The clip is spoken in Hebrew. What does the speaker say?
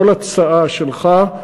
כל הצעה שלך,